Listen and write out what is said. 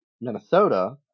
Minnesota